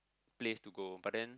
place to go but then